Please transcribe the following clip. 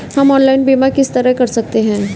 हम ऑनलाइन बीमा किस तरह कर सकते हैं?